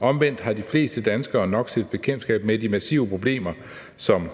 Omvendt har de fleste danskere nok stiftet bekendtskab med de massive problemer, som